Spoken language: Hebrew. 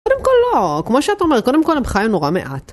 קודם כל לא, כמו שאת אומרת, קודם כל הבחירה היא נורא מעט.